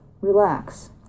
Relax